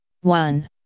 One